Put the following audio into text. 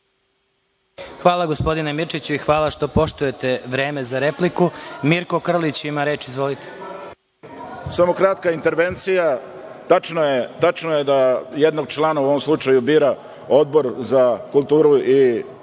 Hvala, gospodine Mirčiću i hvala što poštujete vreme za repliku. Reč ima Mirko Krlić. Izvolite. **Mirko Krlić** Samo kratka intervencija. Tačno je da jednog člana u ovom slučaju bira Odbor za kulturu i